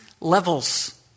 levels